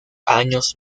años